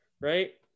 right